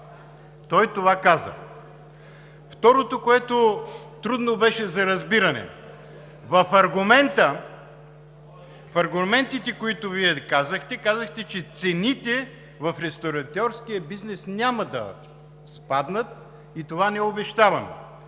той това каза! Второто, което беше трудно за разбиране – в аргументите, които Вие изложихте, казахте: цените в ресторантьорския бизнес няма да спаднат и това не обещавам.